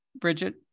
Bridget